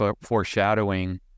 foreshadowing